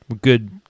good